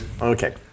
okay